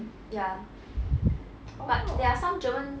ya but there are some german